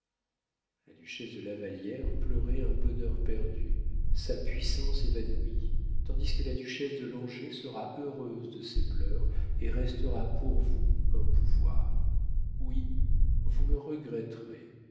la duchesse de lavallière pleurait un bonheur perdu sa puissance évanouie tandis que la duchesse de langeais sera heureuse de ses pleurs et restera pour vous un pouvoir oui vous me regretterez